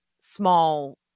small